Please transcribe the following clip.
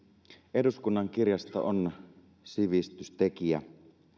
eduskunnan kirjasto on sivistystekijä